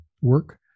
work